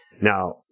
Now